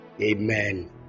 amen